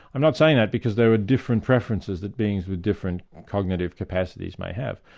i'm not saying that because there are different preferences that beings with different cognitive capacities may have.